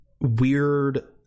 weird